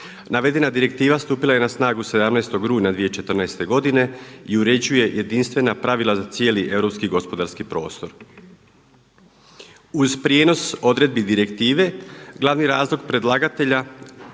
Navedena direktiva stupila je na snagu 17. rujna 2014. godine i uređuje jedinstvena pravila za cijeli europski i gospodarski prostor. Uz prijenos odredbi direktive glavni razlog predlagatelja